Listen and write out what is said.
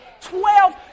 Twelve